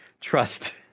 Trust